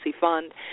Fund